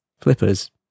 flippers